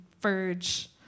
verge